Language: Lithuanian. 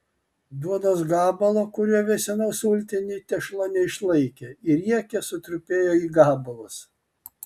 duonos gabalo kuriuo vėsinau sultinį tešla neišlaikė ir riekė sutrupėjo į gabalus